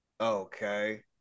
Okay